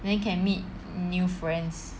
then can meet new friends